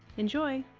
enjoy!